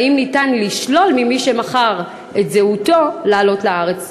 האם ניתן לשלול ממי שמכר את זהותו את הזכות לעלות לארץ?